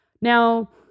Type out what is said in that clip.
Now